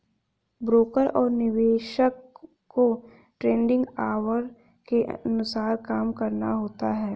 broker और निवेशक को ट्रेडिंग ऑवर के अनुसार काम करना होता है